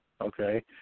Okay